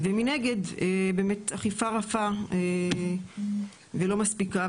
ומנגד באמת אכיפה רפה ולא מספיקה.